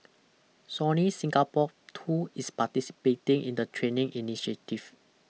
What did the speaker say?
Sony Singapore too is participating in the training initiative